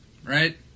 Right